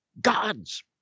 gods